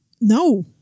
No